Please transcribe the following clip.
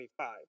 25